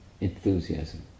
enthusiasm